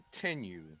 continue